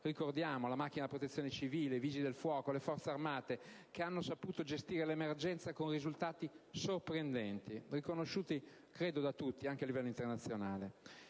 Ricordiamo la macchina della Protezione civile, i Vigili del fuoco, le Forze armate che hanno saputo gestire l'emergenza con risultati sorprendenti, riconosciuti da tutti anche a livello internazionale.